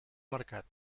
mercat